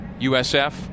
USF